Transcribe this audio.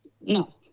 No